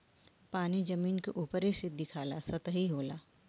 पानी जमीन के उपरे से दिखाला सतही होला